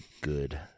Good